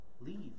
leave